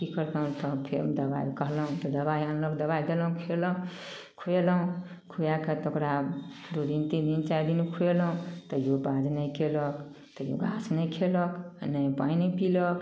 तऽ की करतय फेन दबाइ अनलक दबाइ देलहुँ खेलक खुएलहुँ खुआ कऽ ओकरा दू दिन तीन दिन चारि दिन खुएलहुँ तैयो पाउज नहि कयलक घास नहि खेलक आओर ने पानि नहि पीलक